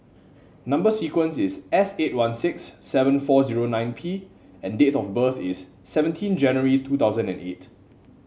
number sequence is S eight one six seven four zero nine P and date of birth is seventeen January two thousand and eight